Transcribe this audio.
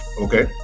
Okay